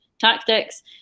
tactics